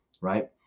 right